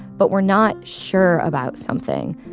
but we're not sure about something.